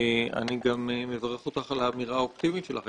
אני גם מברך אותך על האמירה האופטימית שלך.